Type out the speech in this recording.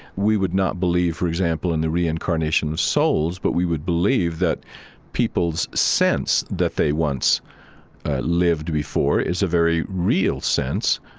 we would not believe, for example, in the reincarnation of souls, but we would believe that people's sense that they once lived before is a very real sense,